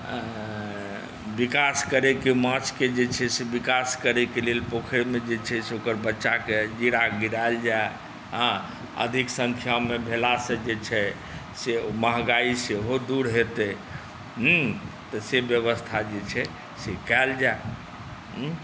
विकास करैके माछकेँ जे छै से विकास करैके लेल पोखरिमे जे छै से ओकर बच्चाके बिरार गिरायल जाय अधिक सङ्ख्यामे भेलासँ जे छै से महँगाइ सेहो दूर हेतै तऽ से व्यवस्था जे छै से कयल जाय